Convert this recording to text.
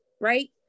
right